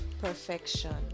perfection